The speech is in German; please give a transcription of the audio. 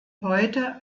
heute